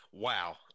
Wow